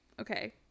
okay